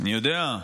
אני יודע,